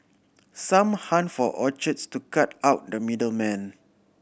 some hunt for orchards to cut out the middle man